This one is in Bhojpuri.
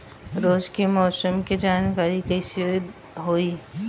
रोज के मौसम के जानकारी कइसे होखि?